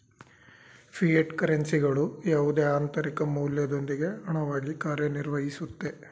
fiat ಕರೆನ್ಸಿಗಳು ಯಾವುದೇ ಆಂತರಿಕ ಮೌಲ್ಯದೊಂದಿಗೆ ಹಣವಾಗಿ ಕಾರ್ಯನಿರ್ವಹಿಸುತ್ತೆ